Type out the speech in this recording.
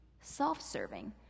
self-serving